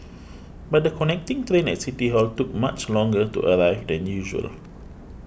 but the connecting train at City Hall took much longer to arrive than usual